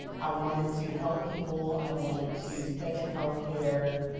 i wanted to help people, i wanted to stay in healthcare.